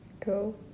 Cool